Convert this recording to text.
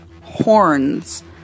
horns